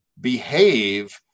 behave